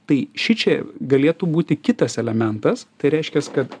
tai šičia galėtų būti kitas elementas tai reiškias kad